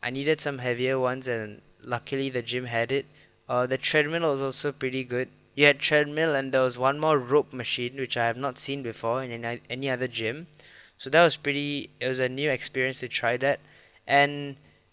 I needed some heavier ones and luckily the gym had it uh the treadmill was also pretty good you had treadmill and there was one more rope machine which I have not seen before in an~ any other gym so that was pretty it was a new experience to try that and